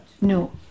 No